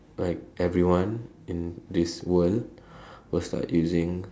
like everyone in this world will start using